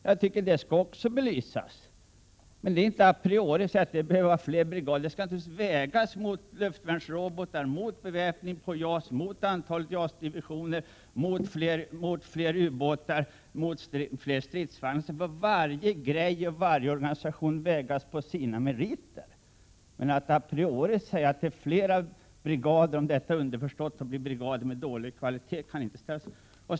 Jag tycker att också det skall belysas. Det betyder inte a priori att det blir fler brigader. Eventuellt fler brigader skall naturligtvis vägas mot luftvärnsrobotar, mot beväpningen av JAS, mot antalet JAS-divisioner, mot fler ubåtar och fler stridsvagnar, och varje grej och varje organisation skall då bedömas efter sina meriter. Men om det är underförstått att det alltid skall vara fler brigader, så blir det lätt brigader av sämre kvalitet.